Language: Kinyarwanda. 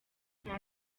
nta